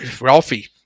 Ralphie